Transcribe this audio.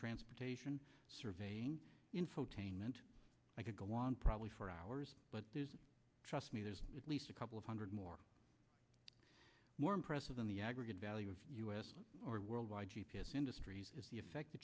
transportation surveying infotainment i could go on probably for hours but trust me there's at least a couple of hundred more more impressive than the aggregate value of u s or worldwide g p s industries the effect the